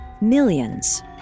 millions